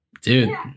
dude